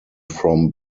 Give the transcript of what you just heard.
from